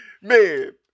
man